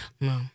No